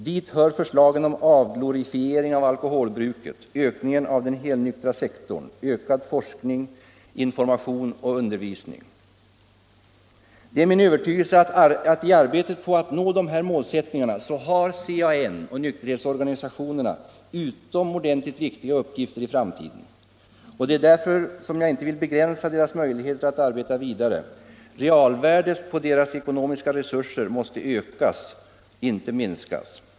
Dit hör förslagen om avglorifieringen av alkoholbruket, ökningen av den helnyktra sektorn, ökad forskning, information och undervisning. Det är min övertygelse att i arbetet på att nå dessa målsättningar har CAN och nykterhetsorganisationerna utomordentligt viktiga uppgifter i framtiden. Därför vill jag inte begränsa deras möjligheter att arbeta vidare. Realvärdet på deras ekonomiska resurser måste ökas — inte minskas.